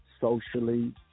socially